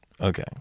Okay